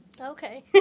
Okay